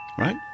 Right